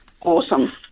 awesome